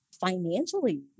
financially